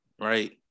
right